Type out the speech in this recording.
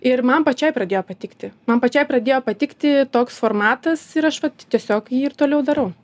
ir man pačiai pradėjo patikti man pačiai pradėjo patikti toks formatas ir aš vat tiesiog jį ir toliau darau